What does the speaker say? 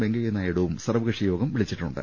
വെങ്കയ്യനായിഡുവും സർവ്വകക്ഷിയോഗം വിളിച്ചിട്ടുണ്ട്